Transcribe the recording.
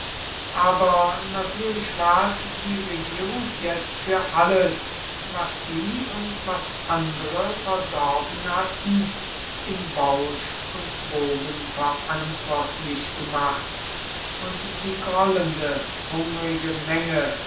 aber natürlich ward die regierung jetzt für alles was sie und was andere verdorben hatten in bausch und bogen verantwortlich gemacht und die grollende hungrige menge